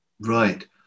Right